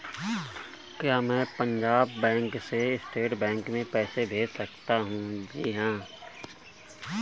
क्या मैं पंजाब बैंक से स्टेट बैंक में पैसे भेज सकता हूँ?